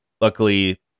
luckily